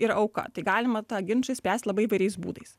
ir auka tai galima tą ginčą išspręsti labai įvairiais būdais